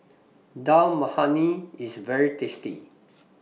Dal Makhani IS very tasty